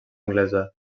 anglesa